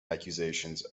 accusations